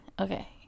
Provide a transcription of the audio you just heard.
Okay